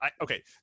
Okay